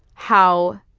how